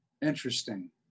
Interesting